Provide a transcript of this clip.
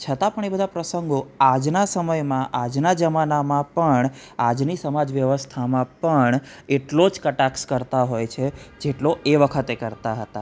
છતાં પણ એ બધા પ્રસંગો આજના સમયમાં આજના જમાનામાં પણ આજની સમાજ વ્યવસ્થામાં પણ એટલો જ કટાક્ષ કરતાં હોય છે જેટલો એ વખતે કરતાં હતા